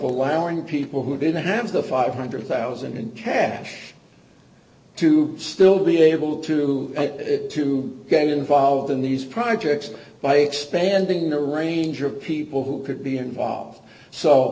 allowing people who didn't have the five hundred thousand in cash to still be able to to get involved in these projects by expanding the range of people who could be involved so